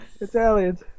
Italians